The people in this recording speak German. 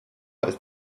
ist